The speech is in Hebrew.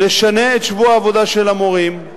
נשנה את שבוע העבודה של המורים,